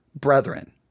brethren